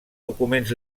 documents